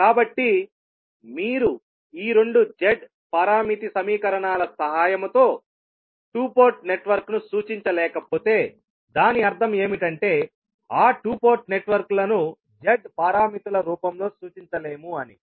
కాబట్టి మీరు ఈ రెండు Z పారామితి సమీకరణాల సహాయంతో 2 పోర్ట్ నెట్వర్క్ను సూచించలేకపోతే దాని అర్థం ఏమిటంటే ఆ 2 పోర్ట్ నెట్వర్క్లను Z పారామితుల రూపంలో సూచించలేము అని